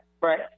right